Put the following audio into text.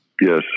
Yes